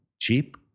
cheap